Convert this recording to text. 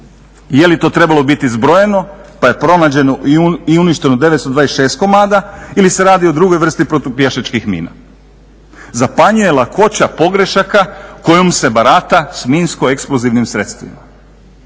Je li to trebalo biti zbrojeno pa je pronađeno i uništeno 926 komada ili se radi o drugoj vrsti protupješačkih mina. Zapanjuje lakoća pogrešaka kojom se barata s minsko-eksplozivnim sredstvima.